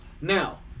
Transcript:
Now